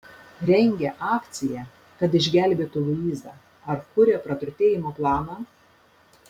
rengia akciją kad išgelbėtų luizą ar kuria praturtėjimo planą